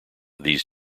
these